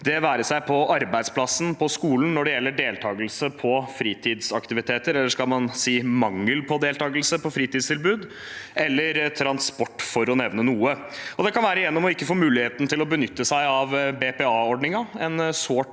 det være seg på arbeidsplassen, på skolen, når det gjelder deltakelse på fritidsaktiviteter, eller skal man si mangel på deltakelse i fritidstilbud, og transport, for å nevne noe. Det kan også være gjennom å ikke få muligheten til å benytte seg av BPA-ordningen, en sårt